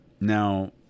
Now